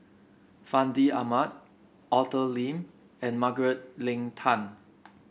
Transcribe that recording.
Fandi Ahmad Arthur Lim and Margaret Leng Tan